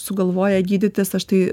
sugalvoja gydytis aš tai